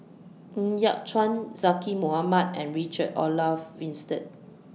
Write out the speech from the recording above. Yat Chuan Zaqy Mohamad and Richard Olaf Winstedt